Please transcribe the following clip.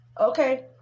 Okay